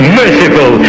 merciful